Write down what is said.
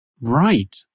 Right